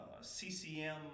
CCM